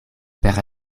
per